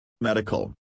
Medical